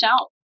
out